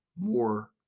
more